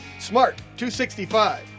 Smart265